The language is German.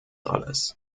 alles